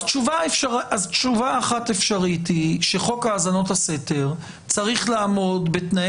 תשובה אחת אפשרית היא שחוק האזנות הסתר צריך לעמוד בתנאי